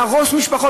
להרוס משפחות?